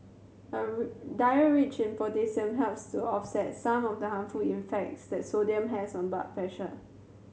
a diet rich in potassium helps to offset some of the harmful effects that sodium has on blood pressure